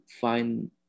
find